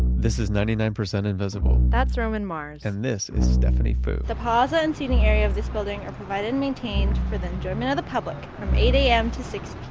this is ninety nine percent invisible that's roman mars and this is stephanie foo the plaza and seating area of this building are provided and maintained for the enjoyment of the public, from eight am to six